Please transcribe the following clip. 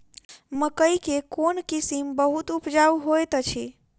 मकई केँ कोण किसिम बहुत उपजाउ होए तऽ अछि?